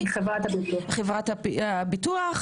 מחברת הביטוח,